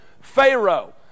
Pharaoh